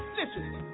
Listen